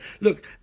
Look